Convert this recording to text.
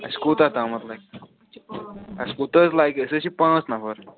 اَسہِ کوٗتاہ تامَتھ لَگہِ اَسہِ کوٗت حظ لَگہِ أسۍ حظ چھِ پانٛژھ نفر